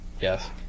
Yes